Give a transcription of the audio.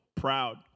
proud